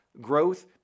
growth